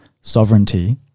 sovereignty